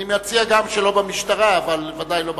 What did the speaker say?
אני מציע גם שלא במשטרה, אבל ודאי שלא בכנסת.